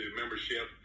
membership